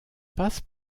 passe